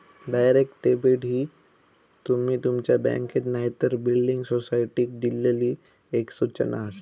direct debit ही तुमी तुमच्या बँकेक नायतर बिल्डिंग सोसायटीक दिल्लली एक सूचना आसा